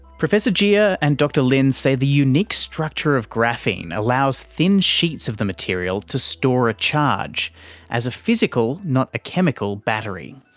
professor jia and dr lin say the unique structure of graphene allows thin sheets of the material to store a charge as a physical not a chemical battery.